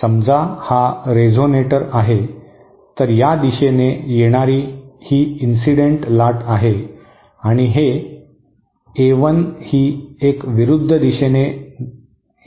समजा हा रेझोनेटर आहे तर या दिशेने येणारी ही इन्सिडेंट लाट आहे आणि हे ए 1 ही एक विरुद्ध दिशेने